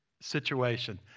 situation